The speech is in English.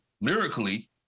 lyrically